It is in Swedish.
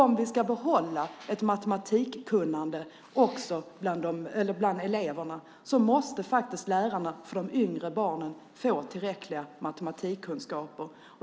Om vi ska behålla ett matematikkunnande bland eleverna måste lärarna för de yngre barnen få tillräckliga matematikkunskaper.